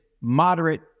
moderate